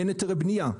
אין היתרי בנייה.